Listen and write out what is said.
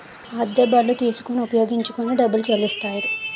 అద్దె బళ్ళు తీసుకొని ఉపయోగించుకొని డబ్బులు చెల్లిస్తారు